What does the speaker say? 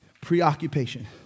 Preoccupation